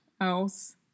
else